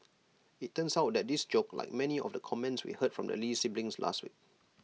IT turns out that this joke like many of the comments we heard from the lee siblings this week